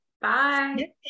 bye